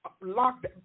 locked